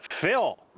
Phil